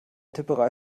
tipperei